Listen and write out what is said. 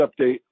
update